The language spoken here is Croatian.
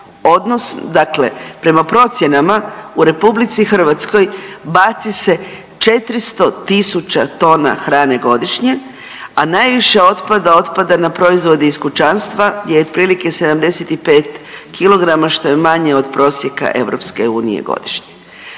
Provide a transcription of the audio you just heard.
Dakle, prema procjenama u RH baci se 400 000 tona hrane godišnje, a najviše otpada otpada na proizvode iz kućanstva je otprilike 75 kg što je manje od prosjeka EU godišnje.